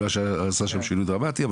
על השינוי הדרמטי שעשה שם.